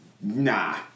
nah